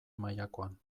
mailakoan